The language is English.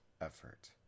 effort